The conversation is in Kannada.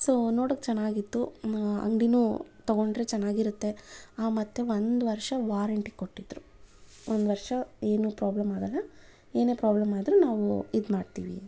ಸೊ ನೋಡೋಕ್ಕೆ ಚೆನ್ನಾಗಿತ್ತು ಅಂಗಡಿನು ತಗೊಂಡ್ರೆ ಚೆನ್ನಾಗಿರತ್ತೆ ಮತ್ತು ಒಂದು ವರ್ಷ ವಾರಂಟಿ ಕೊಟ್ಟಿದ್ದರು ಒಂದು ವರ್ಷ ಏನು ಪ್ರಾಬ್ಲಮ್ ಆಗಲ್ಲ ಏನೇ ಪ್ರಾಬ್ಲಮ್ ಆದರೂ ನಾವು ಇದು ಮಾಡ್ತೀವಿ